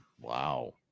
Wow